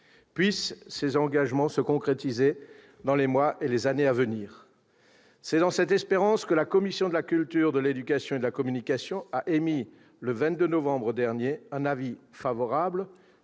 Puissent ces engagements se concrétiser dans les mois et les années à venir ... C'est dans cette espérance que la commission de la culture, de l'éducation et de la communication a émis, le 22 novembre dernier, un avis favorable,